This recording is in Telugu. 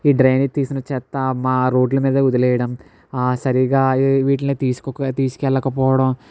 ఈ డ్రైనేజీ తీసిన చెత్త మా రోడ్ల మీదే వదిలేయడం సరిగా వీటిని తీసుకోక తీసుకెళ్ళకపోవడం